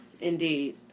Indeed